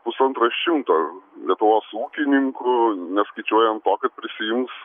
pusantro šimto lietuvos ūkininkų neskaičiuojant to kad prisijungs